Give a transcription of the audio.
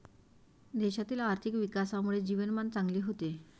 देशातील आर्थिक विकासामुळे जीवनमान चांगले होते